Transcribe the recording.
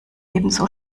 ebenso